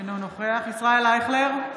אינו נוכח ישראל אייכלר,